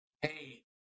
hey